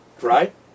right